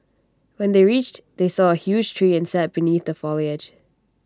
when they reached they saw A huge tree and sat beneath the foliage